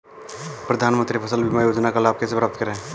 प्रधानमंत्री फसल बीमा योजना का लाभ कैसे प्राप्त करें?